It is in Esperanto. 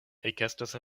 ekestas